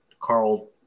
Carl